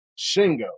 Shingo